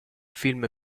film